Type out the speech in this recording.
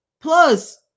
Plus